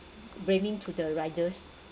blaming to the riders